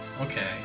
Okay